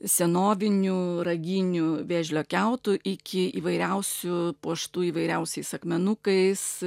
senovinių raginių vėžlio kiautų iki įvairiausių puoštų įvairiausiais akmenukais